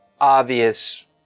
obvious